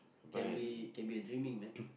can be can be a dreaming man